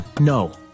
No